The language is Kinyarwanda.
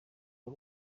w’u